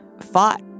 fought